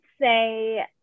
say